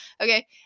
Okay